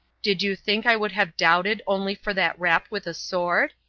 did you think i would have doubted only for that rap with a sword?